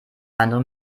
andere